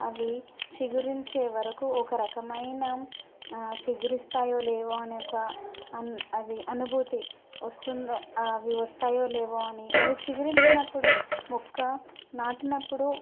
అవి చిగురించే వరకు ఒక రకమైన చిగురిస్తాయో లేవో అనే ఒక అది అనుభూతి వస్తుందో అవి వస్తాయో లేవో అని అవి చిగురించినప్పుడు మొక్క నాటినప్పుడు